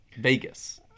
Vegas